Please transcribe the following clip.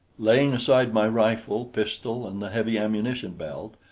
laying aside my rifle, pistol and heavy ammunition-belt,